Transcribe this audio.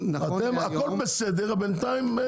אתם אומרים שהכול בסדר ובינתיים יש בעיות.